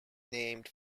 named